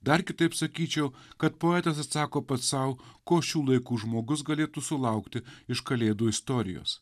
dar kitaip sakyčiau kad poetas atsako pats sau ko šių laikų žmogus galėtų sulaukti iš kalėdų istorijos